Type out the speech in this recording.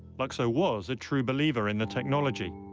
lukso was a true believer in the technology.